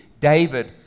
David